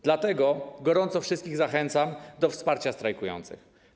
Dlatego gorąco wszystkich zachęcam do wsparcia strajkujących.